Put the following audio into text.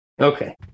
Okay